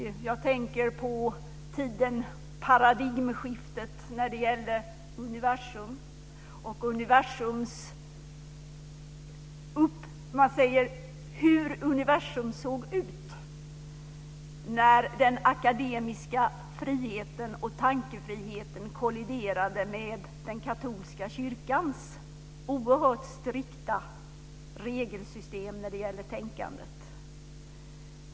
Jag tänker på tiden med paradigmskiftet när det gällde universum, och hur universum såg ut när den akademiska friheten och tankefriheten kolliderade med den katolska kyrkans oerhört strikta regelsystem när det gällde tänkandet.